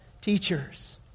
teachers